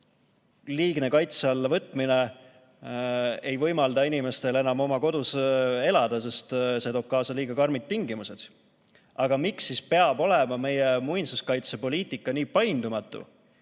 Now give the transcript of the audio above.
liigne kaitse alla võtmine ei võimalda inimestel enam oma kodus elada, sest see toob kaasa liiga karmid tingimused. Aga miks peab olema meie muinsuskaitsepoliitika nii paindumatu?